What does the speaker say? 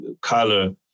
color